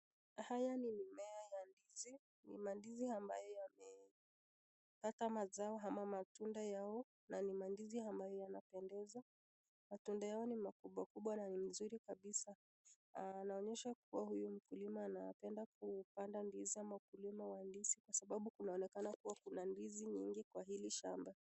Haya ni mimea ya ndizi. Ni mandizi ambayo yamepata mazao ama matunda yao na ni mandizi ambayo yanapendeza. Matunda yao ni makubwa makubwa na ni mazuri kabisa. Ah inaonyesha kuwa huyu mkulima anapenda kupanda ndizi ama mkulima wa ndizi kwa sababu kunaonekana kuwa kuna ndizi nyingi kwa hili shamba.